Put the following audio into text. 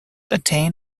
attain